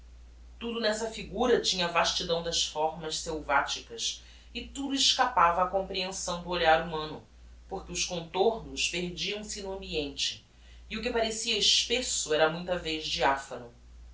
tudo nessa figura tinha a vastidão das fórmas selvaticas e tudo escapava á comprehensão do olhar humano porque os contornos perdiam-se no ambiente e o que parecia espesso era muita voz